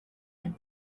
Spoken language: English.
and